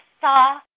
saw